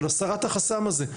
של הסרת החסם הזה.